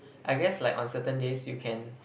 I guess like on certain days you can